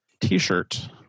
T-shirt